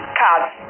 cards